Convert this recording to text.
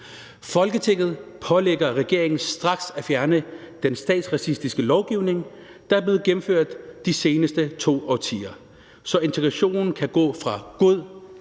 Folketinget pålægger regeringen straks at fjerne den statsracistiske lovgivning, der er blevet gennemført de seneste to årtier, så integrationen kan gå fra god